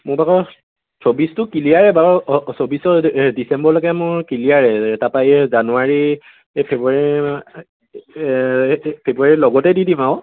মোৰভাগৰ চৌবিছটো ক্লিয়াৰে বাৰু চৌবিছৰ ডিচেম্বৰলৈকে মোৰ ক্লিয়াৰ তাৰপৰা এই জানুৱাৰী এই ফেব্ৰুৱাৰী এই ফেব্ৰুৱাৰীৰ লগতে দি দিম আৰু